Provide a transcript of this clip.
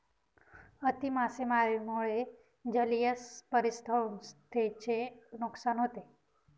अति मासेमारीमुळे जलीय परिसंस्थेचे नुकसान होते